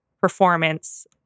performance